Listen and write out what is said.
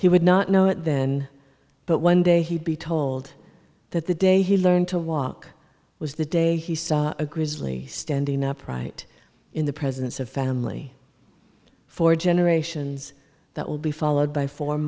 he would not know it then but one day he be told that the day he learned to walk was the day he saw a grizzly standing upright in the presence of family for generations that will be followed by fo